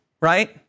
right